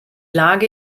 lage